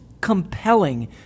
compelling